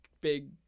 Big